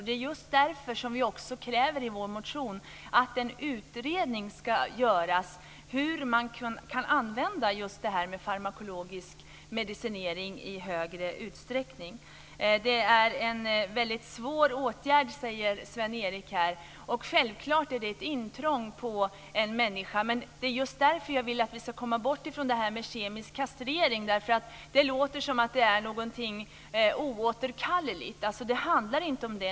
Det är just därför som vi kräver i vår motion att en utredning ska göras av hur man kan använda farmakologisk medicinering i större utsträckning. Det är en väldigt svår åtgärd, säger Sven-Erik Sjöstrand. Självklart är det ett intrång på en människa. Det är just därför som jag vill att vi ska komma bort från det här med kemisk kastrering. Det låter som att det är någonting oåterkalleligt. Det handlar inte om det.